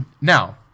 Now